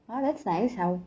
ah that's nice I'll